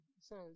says